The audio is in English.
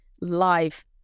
life